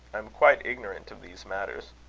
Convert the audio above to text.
i am quite ignorant of these matters.